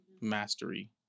mastery